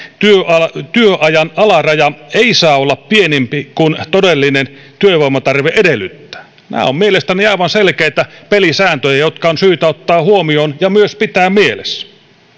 työajan työajan alaraja ei saa olla pienempi kuin todellinen työvoimatarve edellyttää nämä ovat mielestäni aivan selkeitä pelisääntöjä jotka on syytä ottaa huomioon ja myös pitää mielessä